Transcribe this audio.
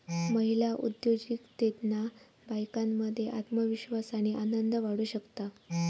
महिला उद्योजिकतेतना बायकांमध्ये आत्मविश्वास आणि आनंद वाढू शकता